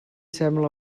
sembla